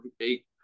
eight